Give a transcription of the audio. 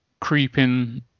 creeping